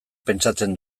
pentsatzen